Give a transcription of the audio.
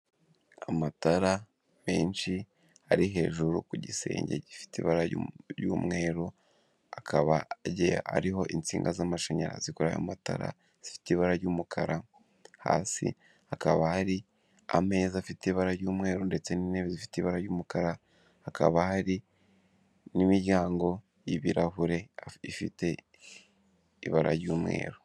Amatara menshi ari hejuru ku gisenge gifite ibara ry'umweru, akaba agiye ariho insinga z'amashanyarazi kuri ayo matara zifite ibara ry'umukara, hasi hakaba hari ameza afite ibara ry'umweru ndetse n'intebe zifite ibara ry'umukara, hakaba hari n'imiryango y'ibirahure ifite ibara ry'umweru.